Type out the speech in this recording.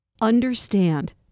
understand